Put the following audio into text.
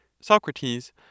Socrates